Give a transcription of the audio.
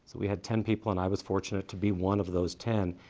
so we had ten people, and i was fortunate to be one of those ten,